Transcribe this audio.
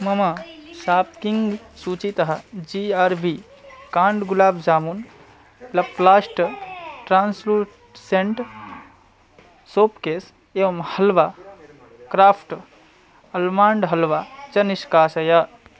मम शाप्किंग् सूचीतः G R B काण्ड् गुलाब् जामून् लप्लास्ट् ट्रान्स्लुटेण्ट् सोप् केस् एवं हल्वा क्राफ़्ट् अल्माण्ड् हल्वा च निष्कासय